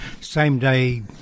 same-day